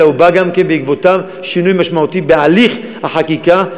אלא גם בא בעקבותיו שינוי משמעותי בהליך החקיקה,